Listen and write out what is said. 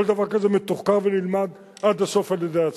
כל דבר כזה מתוחקר ונלמד עד הסוף על-ידי הצבא,